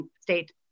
State